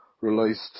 released